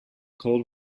cold